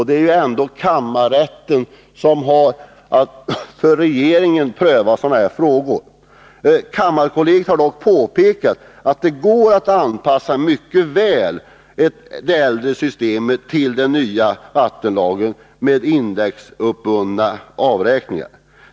Det är ju ändå kammarrätten som har att för regeringens räkning pröva sådana här frågor. Kammarkollegiet har påpekat att det mycket väl går att anpassa det äldre systemet till den nya vattenlagen med indexbundna avräkningar.